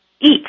eat